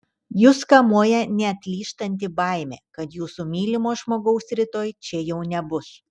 jus kamuoja neatlyžtanti baimė kad jūsų mylimo žmogaus rytoj čia jau nebus